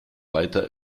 weiter